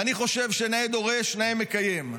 ואני חושב שנאה דורש, נאה מקיים.